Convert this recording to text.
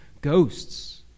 ghosts